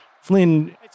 Flynn